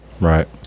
Right